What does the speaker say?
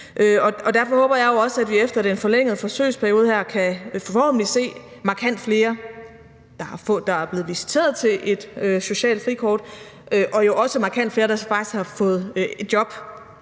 Derfor håber jeg jo også, at vi efter den her forlængede forsøgsperiode kan se markant flere, der er blevet visiteret til et socialt frikort, og jo også markant flere, der faktisk har fået et job